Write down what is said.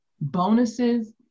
bonuses